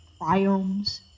biomes